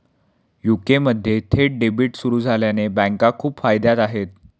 UK मध्ये थेट debit सुरू झाल्याने बँका खूप फायद्यात आहे